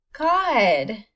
God